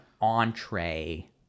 entree